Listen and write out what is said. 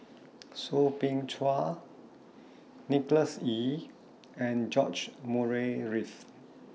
Soo Bin Chua Nicholas Ee and George Murray Reith